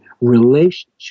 relationship